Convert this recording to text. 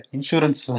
Insurance